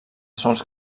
sòls